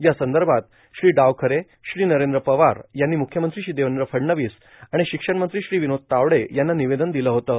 या संदर्भात श्री डावखरे श्री नरेंद्र पवार यांनी मुख्यमंत्री श्री देवेंद्र फडणवीस आणि शिक्षणमंत्री श्री विनोद तावडे यांना निवेदन दिलं होतं